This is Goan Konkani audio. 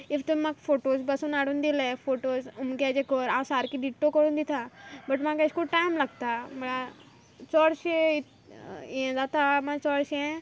इफ तूम म्हाक फोटोज पासून हाडून दिले फोटोज उमके हेजेर कोर हांव सारकें डिकट्टो कोरून दितां बट म्हाक अेश कोन टायम लागता म्हळ्यार चोडशे यें जाता म्हळ्यार चोडशें